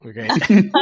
Okay